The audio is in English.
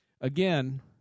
Again